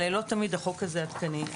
אבל לא תמיד החוק הזה עדכני.